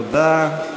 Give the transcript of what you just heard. תודה.